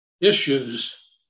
issues